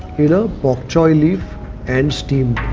you know but choy leaf and steamed.